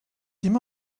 dim